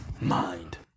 mind